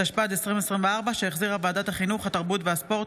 התשפ"ד 2024, שהחזירה ועדת החינוך התרבות והספורט.